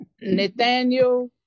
Nathaniel